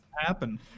happen